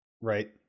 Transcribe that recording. right